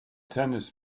tennis